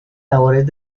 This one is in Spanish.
labores